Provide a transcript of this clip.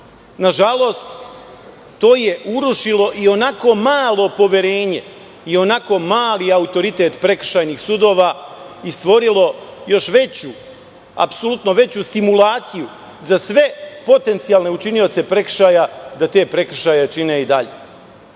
sankcije. Nažalost, to je urušilo i onako malo poverenje i onako mali autoritet prekršajnih sudova i stvorilo još veću, apsolutno veću stimulaciju za sve potencijalne učinioce prekršaja da te prekršaje čine i dalje.